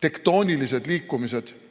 tektoonilised liikumised,